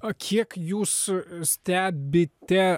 o kiek jūs stebite